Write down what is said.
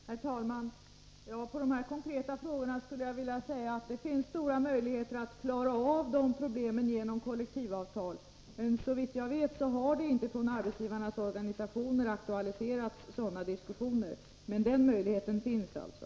Herr talman! På de här konkreta frågorna vill jag svara att det finns stora möjligheter att klara dessa problem genom kollektivavtal. Såvitt jag vet har det inte från arbetsgivarnas organisationer aktualiserats några sådana diskussioner, men den möjligheten finns alltså.